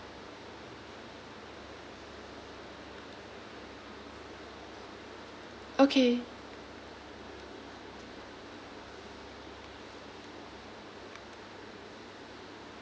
okay